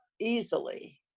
Easily